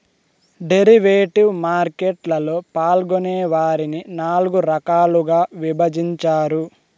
derivative market లలో పాల్గొనే వారిని నాల్గు రకాలుగా విభజించారు